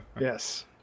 Yes